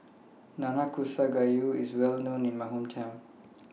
Nanakusa Gayu IS Well known in My Hometown